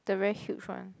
the very huge one